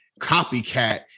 copycat